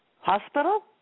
Hospital